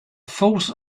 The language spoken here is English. force